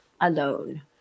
alone